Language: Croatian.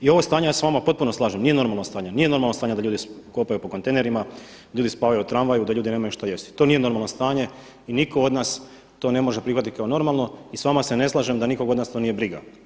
I ovo stanje, ja se s vama u potpunosti slažem, nije normalno stanje, nije normalno stanje da ljudi kopaju po kontejnerima, ljudi spavaju u tramvaju, da ljudi nemaju što jesti, to nije normalno stanje i nitko od nas to ne može prihvatiti kao normalno i s vama se ne slažem da nikoga od nas to nije briga.